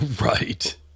Right